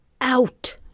Out